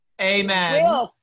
Amen